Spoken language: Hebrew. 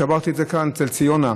שברתי את זה כאן אצל ציונה.